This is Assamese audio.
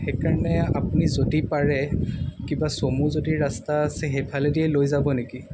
সেইকাৰণে আপুনি যদি পাৰে কিবা চমু যদি ৰাস্তা আছে সেইফালে দিয়েই লৈ যাব নেকি